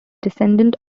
descendant